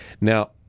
Now